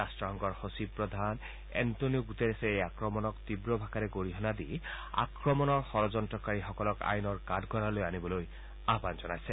ৰাট্টসংঘৰ সচিব প্ৰধান এণ্টনিঅ গুটেৰেছে এই আক্ৰমণক তীব্ৰভাষাৰে গৰিহণা দি আক্ৰমণৰ যড়্যন্ত্ৰকাৰীসকলক আইনৰ কাঠগড়ালৈ আনিবলৈ আহান জনাইছে